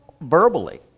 verbally